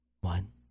one